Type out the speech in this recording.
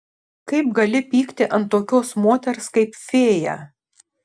kaip gali pykti ant tokios moters kaip fėja